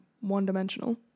one-dimensional